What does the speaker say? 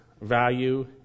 value